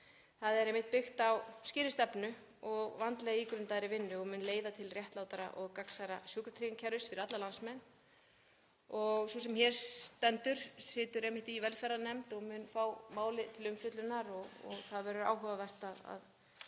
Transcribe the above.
Það er einmitt byggt á skýrri stefnu og vandlega ígrundaðri vinnu og mun leiða til réttlátara og gagnsærra sjúkratryggingakerfis fyrir alla landsmenn. Sú sem hér stendur situr einmitt í velferðarnefnd sem mun fá málið til umfjöllunar og það verður áhugavert að